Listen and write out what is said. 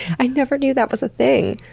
i never knew that was a thing.